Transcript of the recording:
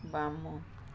ବାମ